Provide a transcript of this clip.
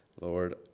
Lord